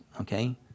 Okay